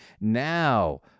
Now